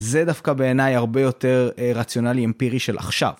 זה דווקא בעיניי הרבה יותר רציונלי אמפירי של עכשיו.